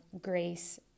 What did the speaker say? grace